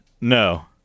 No